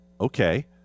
Okay